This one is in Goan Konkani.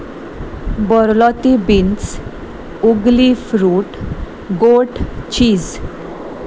बरलाती beans ugli fruit goat cheese